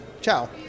Ciao